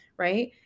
Right